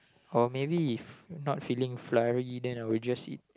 or maybe if not feeling floury then I will just eat